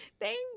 Thank